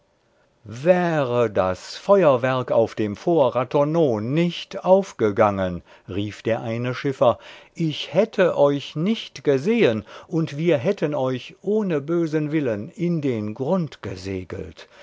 wäre das feuerwerk auf dem fort ratonneau nicht aufgegangen rief der eine schiffer ich hätte euch nicht gesehen und wir hätten euch ohne bösen willen in den grund gesegelt